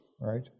right